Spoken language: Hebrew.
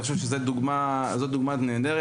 זו דוגמה נהדרת.